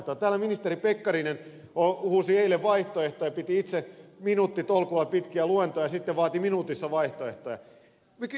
täällä ministeri pekkarinen uhosi eilen vaihtoehtoja piti itse minuuttitolkulla pitkiä luentoja sitten vaati minuutissa vaihtoehtoja